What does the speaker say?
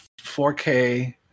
4K